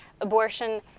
abortion